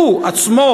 הוא עצמו,